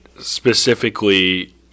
specifically